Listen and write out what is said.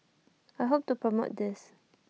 I hope to promote this